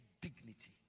dignity